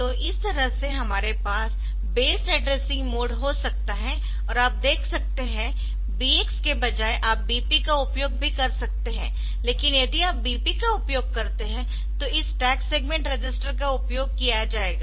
तो इस तरह से हमारे पास बेस्ड एड्रेसिंग मोड हो सकता है और आप देख सकते है BX के बजाय आप BP का उपयोग भी कर सकते है लेकिन यदि आप BP का उपयोग करते है तो इस स्टैक सेगमेंट रजिस्टर का उपयोग किया जाएगा